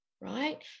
right